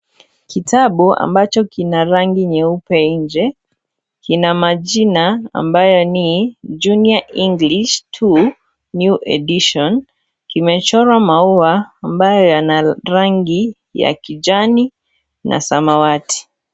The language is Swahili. Kitabu ambacho kina rangi nyeupe nje, kina majina ambayo ni, junior english 2 new edition, kimechorwa maua ambayo yana rangi ya kijani na samawati